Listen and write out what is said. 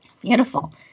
Beautiful